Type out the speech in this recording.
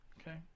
Okay